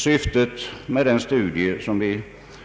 Syftet med den studie som vi